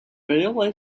railway